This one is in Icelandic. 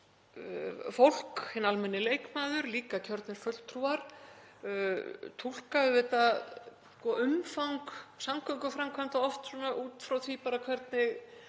fólk, hinn almenni leikmaður, líka kjörnir fulltrúar, túlkar auðvitað umfang samgönguframkvæmda oft út frá því hvernig